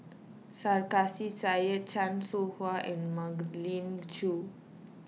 Sarkasi Said Chan Soh Ha and Magdalene Khoo